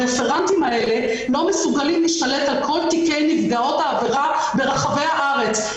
הרפרנטים האלה לא מסוגלים להשתלט על כל תיקי נפגעות העבירה ברחבי הארץ.